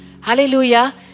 Hallelujah